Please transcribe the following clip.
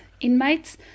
inmates